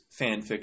fanfiction